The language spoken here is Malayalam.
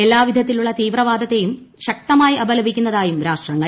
എല്ലാ വിധത്തിലുള്ള തീവ്രവാദത്തെയും ശക്തമായി അപലപിക്കുന്നതായും രാഷ്ട്രങ്ങൾ